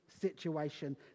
situation